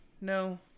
no